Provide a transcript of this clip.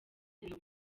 ibintu